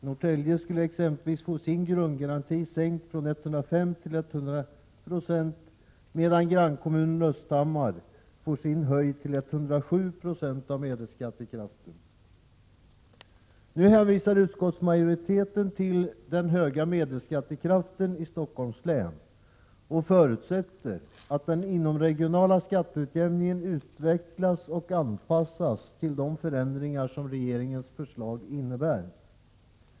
Norrtälje skulle exempelvis få sin grundgaranti sänkt från 105 96 till 100 26, medan grannkommunen Östhammar får sin höjd till 107 96 av medelskattekraften. Nu hänvisar utskottsmajoriteten till den höga medelskattekraften i Stockholms län och förutsätter att den inomregionala skatteutjämningen utvecklas och anpassas till de förändringar som regeringens förslag innebär.